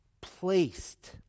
placed